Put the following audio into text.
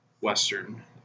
western